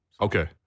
Okay